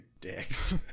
dicks